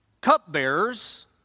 cupbearers